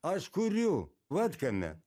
aš kuriu vat kame